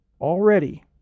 already